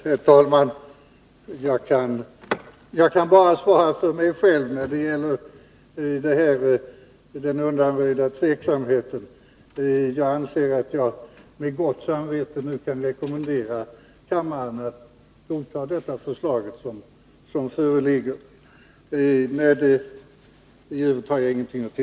Herr talman! Jag kan bara svara för mig själv när det gäller frågan om den undanröjda tveksamheten. Jag anser att jag nu med gott samvete kan rekommendera kammaren att godta det förslag som föreligger.